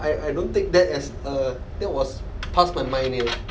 I I don't take that as a that was leh